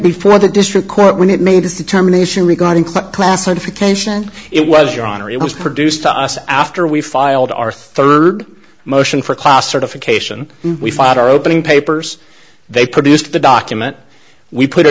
before the district court when it made its determination regarding classification it was your honor it was produced to us after we filed our third motion for class certification we filed our opening papers they produced the document we put